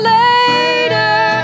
later